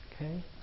Okay